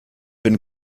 been